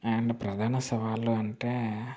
and ప్రధాన సవాళ్ళు అంటే